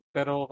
Pero